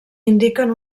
indiquen